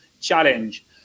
Challenge